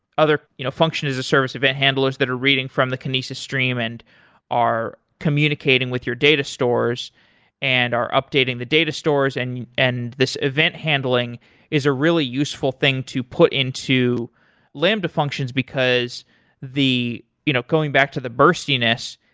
other you know function as a service, event handlers that are reading from the kinesis stream and are communicating with your data stores and are updating the data stores and and this event handling is a really useful thing to put into lambda functions, because you know going back to the burstiness,